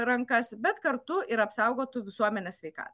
rankas bet kartu ir apsaugotų visuomenės sveikatą